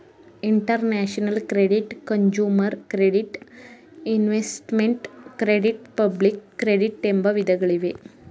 international credit, consumer credit, investment credit public credit ಎಂಬ ವಿಧಗಳಿವೆ